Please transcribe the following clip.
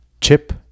Chip